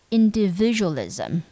individualism